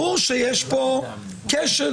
ברור שיש פה כשל,